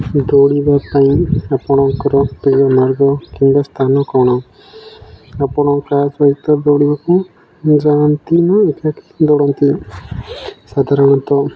ଦୌଡ଼ିବା ପାଇଁ ଆପଣଙ୍କର ପ୍ରିୟ ମାର୍ଗ କିମ୍ବା ସ୍ଥାନ କ'ଣ ଆପଣ କାହା ସହିତ ଦୌଡ଼ିବାକୁ ଯାଆନ୍ତି ନା ଏକାକି ଦୌଡ଼ନ୍ତି ସାଧାରଣତଃ